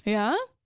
yeah?